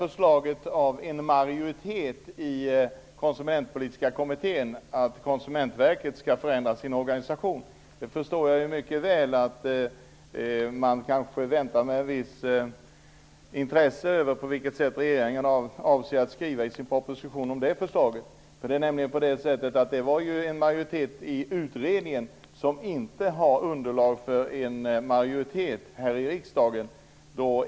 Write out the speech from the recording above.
Förslaget av en majoritet i Konsumentpolitiska kommittén, att Konsumentverket skall förändra sin organisation, förstår jag mycket väl medför att man med ett visst intresse väntar på att få se på vilket sätt regeringen avser att skriva sin proposition. En majoritet i utredningen innebär nämligen inte att det finns underlag för en majoritet här i riksdagen.